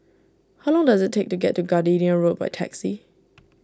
how long does it take to get to Gardenia Road by taxi